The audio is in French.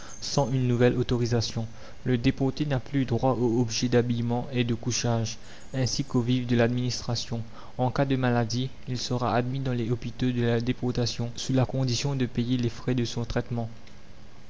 sans une nouvelle autorisation le déporté n'a plus droit aux objets d'habillement et de couchage ainsi qu'aux vivres de l'administration en cas de maladie il sera admis dans les hôpitaux de la déportation sous la condition de payer les frais de son traitement